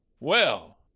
well,